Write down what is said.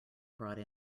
brought